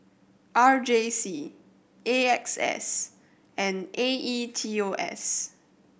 R J C A X S and A E T O S